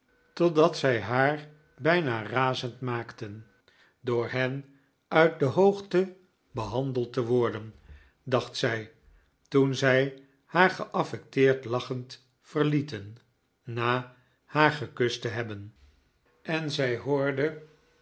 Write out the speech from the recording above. totdat zij haar bijna razend maakten door hen uit de hoogte behandeld te worden dacht zij toen zij haar geaffecteerd lachend verlieten na haar gekust i te hebben en zij hoorde